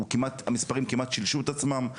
המספרים כמעט שלשו את עצמם.